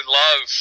love